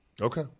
Okay